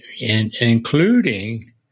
including